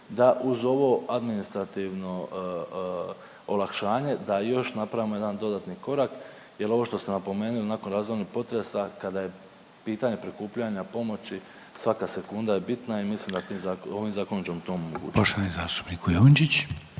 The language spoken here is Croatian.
da uz ovo administrativno olakšanje da još napravimo jedan dodatni korak jer ovo što ste napomenuli nakon razornih potresa kada je pitanje prikupljanja pomoći svaka sekunda je bitna i mislim da ovim zakonom ćemo to omogućiti.